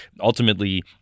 ultimately